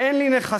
"אין לי נכסים,